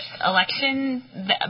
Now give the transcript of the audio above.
election